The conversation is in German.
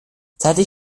zeitlich